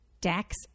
Dax